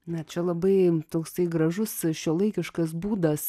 na čia labai toksai gražus šiuolaikiškas būdas